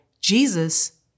Jesus